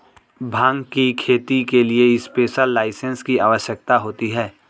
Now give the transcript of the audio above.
भांग की खेती के लिए स्पेशल लाइसेंस की आवश्यकता होती है